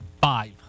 Five